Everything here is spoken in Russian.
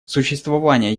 существование